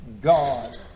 God